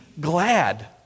glad